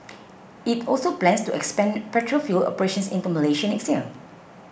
it also plans to expand petrol fuel operations into Malaysia next year